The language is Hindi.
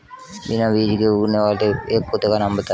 बिना बीज के उगने वाले एक पौधे का नाम बताइए